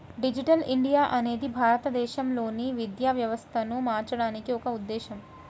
digital India అనేది భారతదేశంలోని విద్యా వ్యవస్థను మార్చడానికి ఒక ఉద్ధేశం